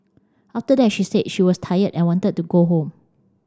after that she said that she was tired and wanted to go home